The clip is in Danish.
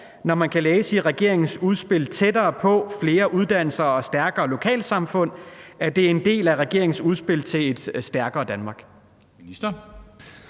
når man kan læse i regeringens udspil »Tættere på – Flere uddannelser og stærke lokalsamfund«, at det er en del af regeringens udspil til et stærkere Danmark?